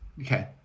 Okay